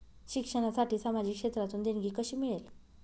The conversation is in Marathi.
शिक्षणासाठी सामाजिक क्षेत्रातून देणगी कशी मिळेल?